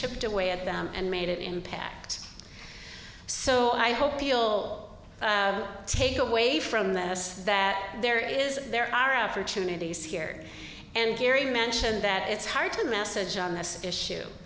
chipped away at them and made it impact so i hope we'll take away from that house that there is there are opportunities here and gary mentioned that it's hard to message on this issue